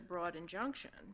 broad injunction